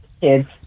kids